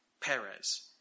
Perez